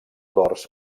dors